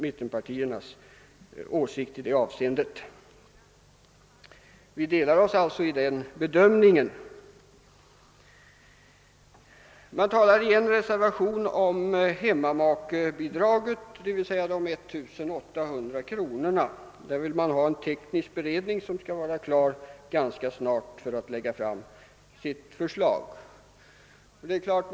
Mittenpartierna har sin åsikt i det fallet. Vi skiljer oss åt i bedömningen av den frågan. I en reservation till andra lagutskottets utlåtande nr 41 vill man ha en teknisk beredning om hemmamakebidraget, d. v. s. de 1 800 kronorna. En sådan beredning anses kunna lägga fram sitt förslag ganska snart.